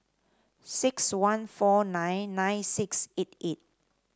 six one four nine nine six eight eight